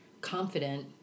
confident